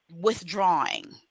withdrawing